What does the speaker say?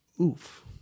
oof